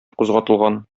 кузгатылган